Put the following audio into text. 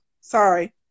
Sorry